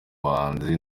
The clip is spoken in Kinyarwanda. bahanzi